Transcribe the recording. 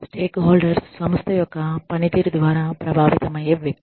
stake holders సంస్థ యొక్క పనితీరు ద్వారా ప్రభావితమయ్యే వ్యక్తులు